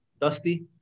Dusty